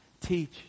teach